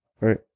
right